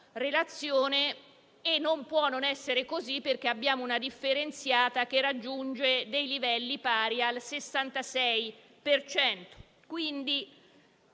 relazione. Non può non essere così, perché la raccolta differenziata raggiunge livelli pari al 66 per cento. Quindi